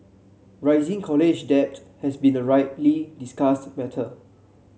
rising college debt has been a widely discussed matter